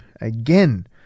again